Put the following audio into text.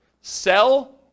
sell